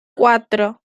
cuatro